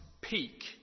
peak